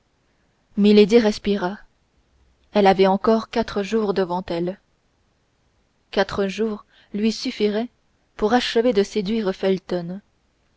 respira elle avait encore quatre jours devant elle quatre jours lui suffiraient pour achever de séduire felton